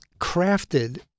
crafted